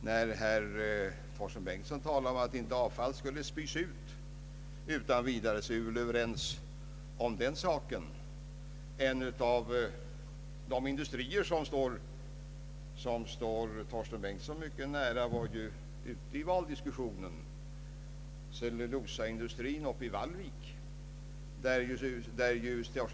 När herr Bengtson sade att avfall inte utan vidare skulle spys ut, är vi väl överens om den saken. En av de industrier som står herr Bengtson mycket nära var ju ute i valdiskussionen, bland annat skogsägarnas cellulosaindustri i Vallvik. Herr Bengtsons partiledare — som f.ö.